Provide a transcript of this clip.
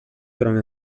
durant